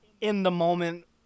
in-the-moment